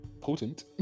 potent